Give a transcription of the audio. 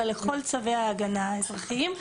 אלא לכל צווי ההגנה האזרחיים.